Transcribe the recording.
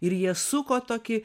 ir jie suko tokį